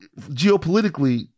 geopolitically